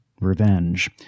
revenge